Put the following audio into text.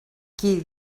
qui